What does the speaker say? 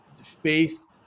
faith